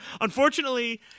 unfortunately